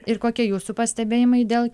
ir kokie jūsų pastebėjimai dėl